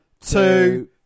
two